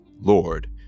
Lord